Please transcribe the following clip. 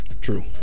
true